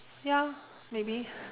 ya maybe